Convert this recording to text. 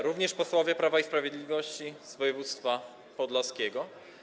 Również Posłowie Prawa i Sprawiedliwości z województwa podlaskiego!